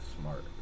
smart